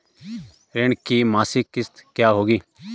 ऋण की मासिक किश्त क्या होगी?